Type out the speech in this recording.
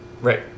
Right